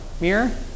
mirror